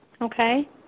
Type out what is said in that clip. okay